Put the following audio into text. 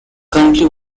currently